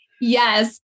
Yes